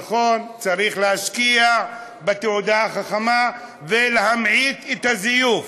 נכון, צריך להשקיע בתעודה החכמה ולהמעיט את הזיוף,